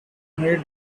made